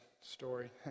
story